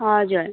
हजुर